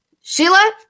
Sheila